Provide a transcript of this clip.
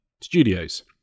studios